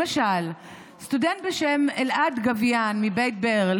למשל, סטודנט בשם אלעד גביאן מבית ברל